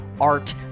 art